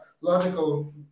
logical